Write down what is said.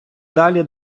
далі